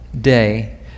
day